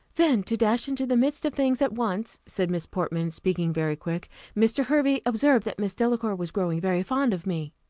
then to dash into the midst of things at once, said miss portman, speaking very quick mr. hervey observed that miss delacour was growing very fond of me.